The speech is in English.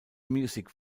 music